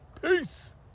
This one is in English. Peace